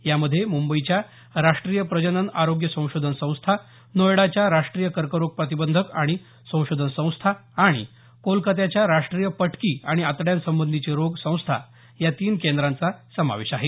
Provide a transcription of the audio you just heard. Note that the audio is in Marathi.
यामध्ये मुंबईच्या राष्टीय प्रजनन आरोग्य संशोधन संस्था नोयडाच्या राष्टीय कर्करोग प्रतिबंधक आणि संशोधन संस्था आणि आणि कोलकात्याच्या राष्टीय पटकी आणि आतड्यासंबंधीचे रोग संस्था या तीन केंद्रांचा यात समावेश आहे